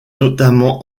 notamment